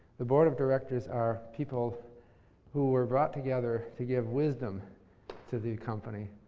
the board of directors are people who were brought together to give wisdom to the company.